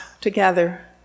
together